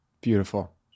Beautiful